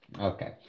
Okay